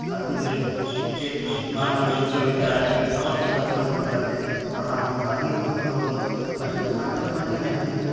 ᱟᱛᱩ ᱨᱮ ᱪᱮ ᱢᱟᱨᱟᱝ ᱢᱟᱨᱟᱝ ᱵᱤᱥᱚ ᱵᱤᱫᱭᱟᱞᱚᱭ ᱨᱮ ᱟᱵᱚᱣᱟᱜ ᱥᱟᱱᱛᱟᱲ ᱥᱚᱢᱟᱡᱽ ᱵᱟᱨᱮᱛᱮ ᱯᱟᱲᱦᱟᱜ ᱢᱟᱠᱚ ᱠᱟᱸᱦᱱᱤ ᱠᱚᱦᱚ ᱛᱟᱵᱚᱱ ᱟᱵᱚ ᱫᱚ ᱵᱟᱪᱩᱜ ᱟᱱᱟ ᱥᱟᱱᱛᱟᱲ ᱥᱚᱢᱟᱡᱽ ᱨᱮᱱᱟᱜ ᱡᱟᱦᱟ ᱛᱤᱱᱟᱹᱜ